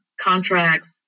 contracts